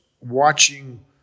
watching